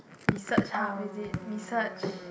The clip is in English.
research hub is it research